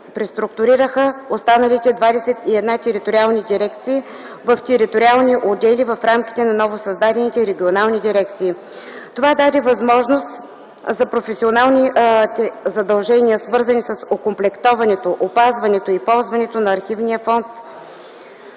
преструктурираха останалите 21 териториални дирекции в териториални отдели в рамките на новосъздадените регионални дирекции. Това даде възможност за професионални задължения, свързани с окомплектоването, опазването и ползването на архивния фонд.